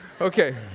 Okay